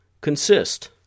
consist